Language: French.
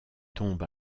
tombe